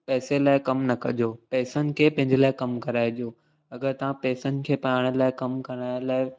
पैसे लाइ कमु न कॼो पैसनि खे पंहिंजे लाइ कमु कराइजो अगरि तव्हां पैसनि खे पाण लाइ कमु कराइण लाइ